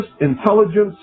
intelligence